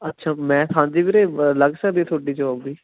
ਅੱਛਾ ਮੈਂ ਹਾਂਜੀ ਵੀਰੇ ਲੱਗ ਸਕਦੀ ਹੈ ਤੁਹਾਡੀ ਜੋਬ ਵੀ